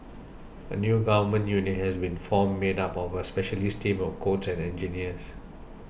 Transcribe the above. a new Government unit has been formed made up of a specialist team of codes and engineers